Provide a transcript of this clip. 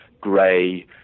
grey